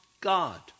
God